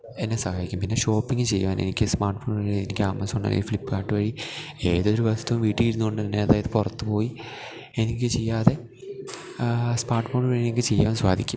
എന്നെ സഹായിക്കും പിന്നെ ഷോപ്പിംഗ് ചെയ്യുവാൻ എനിക്ക് സ്മാര്ട്ട് ഫോണവഴി എനിക്ക് ആമസോണ് അല്ലെങ്കി ഫ്ലിപ്പ്കാര്ട്ട് വഴി ഏതൊരു വസ്തൂം വീട്ടി ഇരുന്ന് കൊണ്ട് തന്നെ അതായത് പൊറത്ത് പോയി എനിക്ക് ചെയ്യാതെ സ്പാര്ട്ട് ഫോണ് വഴി എനിക്ക് ചെയ്യുവാന് സാധിക്കും